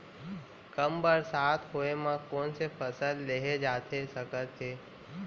कम बरसात होए मा कौन से फसल लेहे जाथे सकत हे?